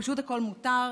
פשוט הכול מותר,